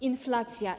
Inflacja.